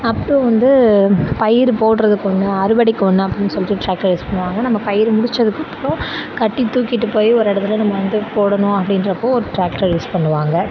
அப்புறோம் வந்து பயிர் போடுறதுக்கு ஒன்று அறுவடைக்கு ஒன்று அப்படின் சொல்லிட்டு டிராக்டர்ஸ் யூஸ் பண்ணுவாங்க நம்ப பயிர் முடிச்சதுக்கப்புறோம் கட்டி தூக்கிட்டு போய் ஒரு இடத்துல நம்ம வந்து போடணும் அப்படின்றப்போ ஒரு டிராக்டர் யூஸ் பண்ணுவாங்க